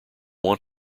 want